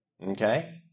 Okay